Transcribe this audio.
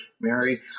Mary